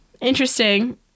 interesting